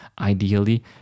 ideally